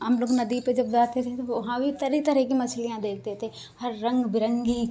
हम जब नदी पे जब जाते थे तो वहाँ भी तरह तरह की मछलियां देखते थे हर रंग बिरंगी या